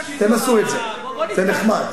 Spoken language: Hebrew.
תנסו את זה, זה נחמד.